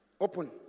Open